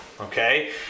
okay